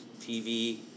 TV